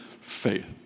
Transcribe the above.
faith